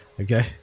Okay